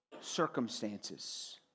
circumstances